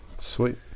Sweet